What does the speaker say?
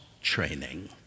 training